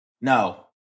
no